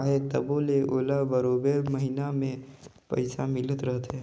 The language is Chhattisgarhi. अहे तबो ले ओला बरोबेर महिना में पइसा मिलत रहथे